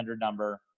number